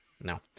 No